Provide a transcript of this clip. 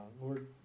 Lord